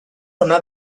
ona